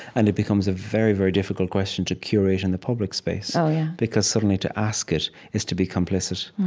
and it becomes a very, very difficult question to curate in the public space so yeah because suddenly, to ask it is to be complicit.